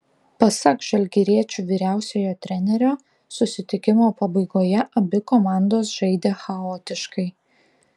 pasak žalgiriečių vyriausiojo trenerio susitikimo pabaigoje abi komandos žaidė chaotiškai